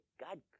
God